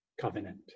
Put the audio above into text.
Covenant